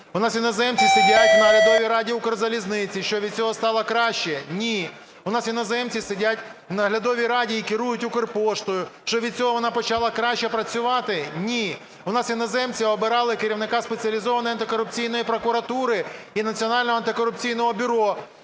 У нас іноземці сидять в наглядовій раді Укрзалізниці. Що, від цього стало краще? Ні. У нас іноземці сидять в наглядовій раді і керують Укрпоштою. Що, від цього вона почала краще працювати? Ні. У нас іноземці обирали керівника Спеціалізованої антикорупційної прокуратури і Національного антикорупційного бюро.